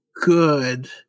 good